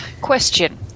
Question